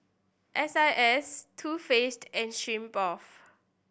S I S Too Faced and Smirnoff